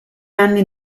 anni